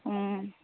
অঁ